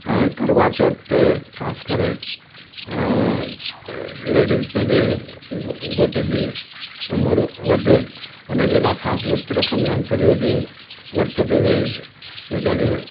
ऐं करवाचौथ ते ख़ासि करे ऐं लेडीज़ पंहिंजे घो घोट जी उमिरि वधे उन जे लाइ ख़ासि विर्त रखंदियूं आहिनि सॼो ॾींहुं विर्त ते वेही वीचारियूं